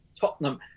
Tottenham